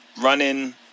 running